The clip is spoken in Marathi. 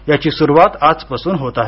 याची सुरुवात आजपासून होत आहे